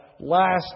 Last